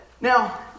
Now